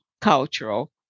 cultural